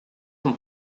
son